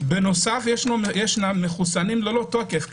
בנוסף יש מחוסנים ללא תוקף,